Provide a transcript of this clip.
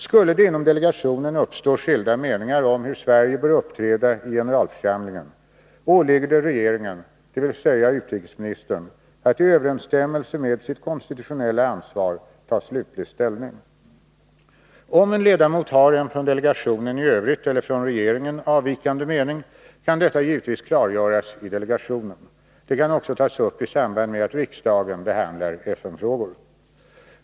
Skulle det inom delegationen uppstå skilda meningar om hur Sverige bör uppträda i generalförsamlingen åligger det regeringen, dvs. utrikesministern, att i överensstämmelse med sitt konstitutionella ansvar ta slutlig ställning. Om en ledamot har en annan mening än delegationen i övrigt eller regeringen, kan detta givetvis klargöras i delegationen. Det kan också tas upp i samband med att riksdagen behandlar FN-frågor.